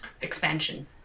expansion